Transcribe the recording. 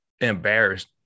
Embarrassed